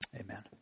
Amen